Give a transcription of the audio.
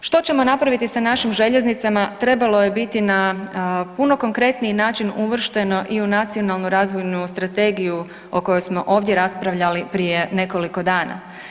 Što ćemo napraviti sa našim željeznicama trebalo je biti na puno konkretniji način uvršteno i u Nacionalnu razvojnu strategiju o kojoj smo ovdje raspravljali prije nekoliko dana.